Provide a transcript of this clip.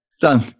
done